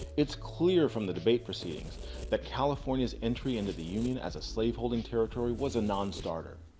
it's clear from the debate proceedings that california's entry into the union as a slaveholding territory was a nonstarter.